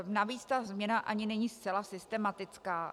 Navíc ta změna ani není zcela systematická.